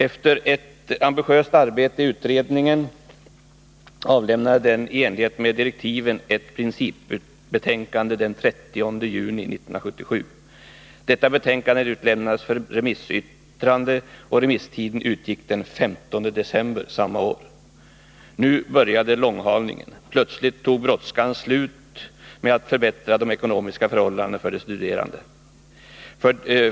Efter ett ambitiöst arbete i utredningen avlämnade den i enlighet med direktiven ett principbetänkande den 30 juni 1977. Detta betänkande utlämnades för remissyttrande, och remisstiden utgick den 15 december samma År. Nu började långhalningen. Plötsligt var det inte längre någon brådska med att förbättra de ekonomiska förhållandena för de studerande.